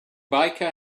biker